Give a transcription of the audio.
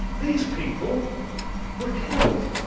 these people were killed.